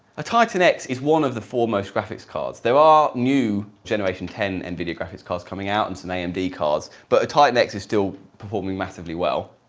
a titan x is one of the foremost graphics cards. there are new generation ten nvidia graphics cards coming out and some amd and cards but a titan x is still performing massively well.